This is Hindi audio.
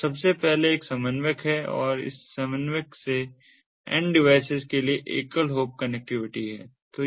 तो सबसे पहले एक समन्वयक है और इस समन्वयक से एंड डिवाइसेस के लिए एकल हॉप कनेक्टिविटी है